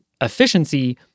efficiency